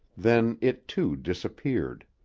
then it too disappeared.